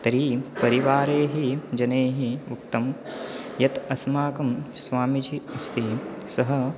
तर्हि परिवारैः हि जनैः उक्तं यत् अस्माकं स्वामीजि अस्ति सः